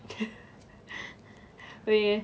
ஐய :aiya